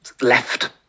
left